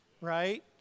right